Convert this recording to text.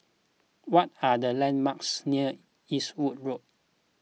what are the landmarks near Eastwood Road